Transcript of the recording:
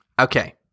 Okay